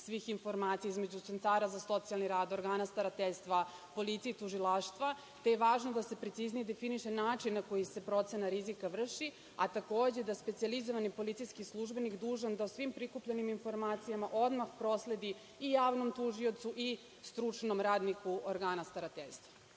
svih informacija između centara za socijalni rad, organa starateljstva, policije i tužilaštva, te je važno da se preciznije definiše način na koji se procena rizika vrši. Takođe da specijalizovani policijski službenik je dužan da o svim prikupljenim informacijama odmah prosledi i javnom tužiocu i stručnom radniku organa starateljstva.